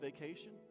vacation